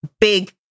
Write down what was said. big